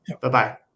Bye-bye